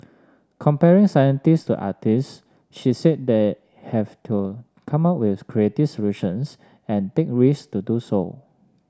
comparing scientists to artists she said they have to come up with creative solutions and take risks to do so